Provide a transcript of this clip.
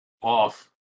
off